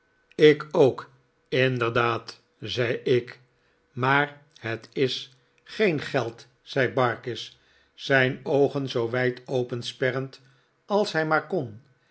ik ook inderdaad zei ik maar het i s geen geld zei barkis zim oogen zoo wijd opensperrend als hij maar kon